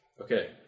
Okay